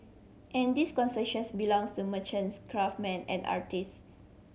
and this consciousness belongs to merchants craftsman and artist